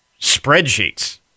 spreadsheets